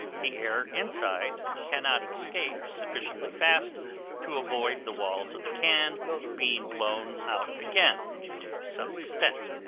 the air inside cannot escape sufficiently fast to avoid the walls of the can being blown out again to some extent.